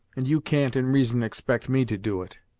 and you can't, in reason, expect me to do it.